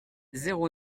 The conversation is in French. zéro